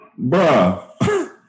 Bruh